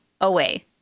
away